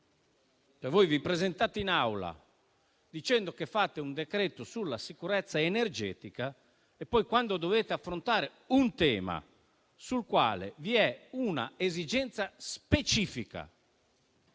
Voi vi presentate in Aula dicendo che fate un decreto-legge sulla sicurezza energetica e poi, quando dovete affrontare un tema sul quale vi è un'esigenza specifica,